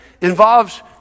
involves